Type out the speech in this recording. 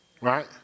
Right